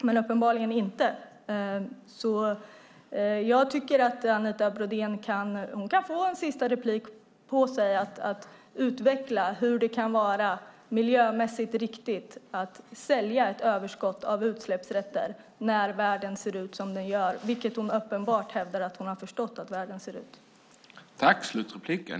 Men uppenbarligen har man inte det. Anita Brodén har en sista replik för att utveckla hur det kan vara miljömässigt riktigt att sälja ett överskott av utsläppsrätter när världen ser ut som den gör, och hon hävdar att hon har förstått att världen ser ut som den gör.